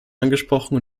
angesprochen